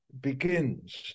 begins